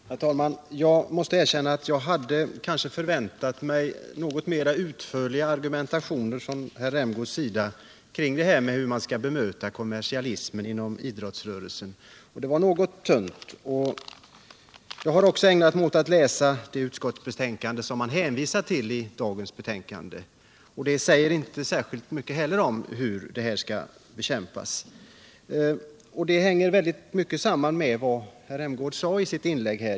Herr talman! Jag måste erkänna att jag hade förväntat mig något utförligare argumentation från herr Rämgård kring problemet hur man skall bemöta kommersialismen inom idrottsrörelsen. Det som anfördes var något tunt. Jag har också ägnat mig åt att läsa det utskottsbetänkande som man hänvisar till i det betänkande vi i dag behandlar. Det säger inte heller särskilt mycket om hur problemen skall bekämpas.